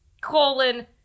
colon